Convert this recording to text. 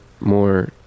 more